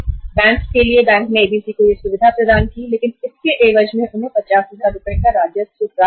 bank ने ABC Ltd को यह सुविधा प्रदान की जिसके बदले में उन्हें 35 दिनों की अवधि में 50000 रुपए का राजस्व प्राप्त हुआ